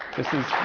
this is